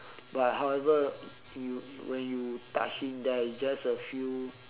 but however you when you touch in there it's just a few